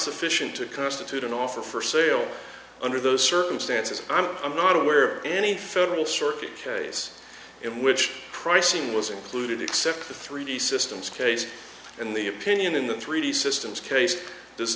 sufficient to constitute an offer for sale under those circumstances i'm not aware any federal circuit case in which pricing was included except the three d systems case and the opinion in the three d systems case does